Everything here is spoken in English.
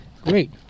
Great